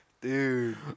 dude